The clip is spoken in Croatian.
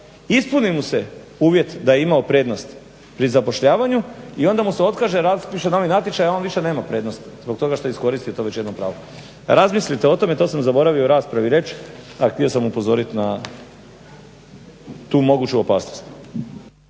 ispuni mu se uvjet da je imao prednost pri zapošljavanju i onda mu se otkaže, raspiše novi natječaj a on više nema prednost zbog toga što je iskoristio to već jedno pravo. Razmislite o tome. To sam zaboravio u raspravi reći, a htio sam upozorit na tu moguću opasnost.